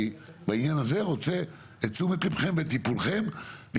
אני רוצה את תשומת ליבכם ואת טיפולכם בעניין הזה.